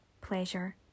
pleasure